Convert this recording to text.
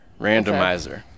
Randomizer